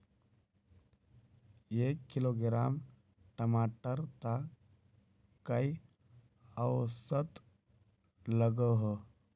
एक किलोग्राम टमाटर त कई औसत लागोहो?